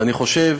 ואני חושב